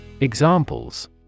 Examples